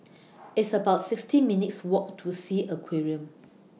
It's about sixty minutes' Walk to Sea Aquarium